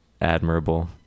admirable